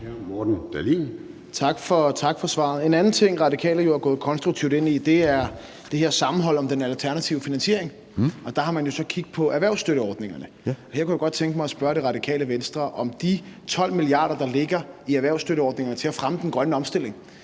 Morten Dahlin (V): Tak for svaret. En anden ting, Radikale er gået konstruktivt ind i, er det her sammenhold om den alternative finansiering, og der har man jo så kig på erhvervsstøtteordningerne. Her kunne jeg godt tænke mig at spørge Radikale Venstre, om de 12 mia. kr., der ligger i erhvervsstøtteordningerne, til at fremme den grønne omstilling,